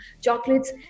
chocolates